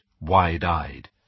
wide-eyed